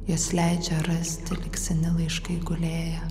jas leidžia rasti lyg seni laiškai gulėję